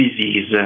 disease